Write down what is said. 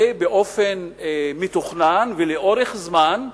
ובאופן מתוכנן ולאורך זמן,